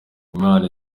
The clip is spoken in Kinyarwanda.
imana